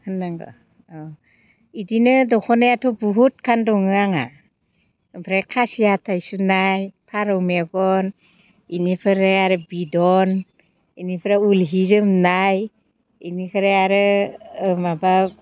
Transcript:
होननांगौ औ बिदिनो दखनायाथ' बुहुतखान दङ आंहा ओमफ्राय खासि हाथाइ सुनाय फारौ मेगन बेनिफ्राय आरो बिदन बेनिफ्राय उल हि जोमनाय बेनिफ्राय आरो माबा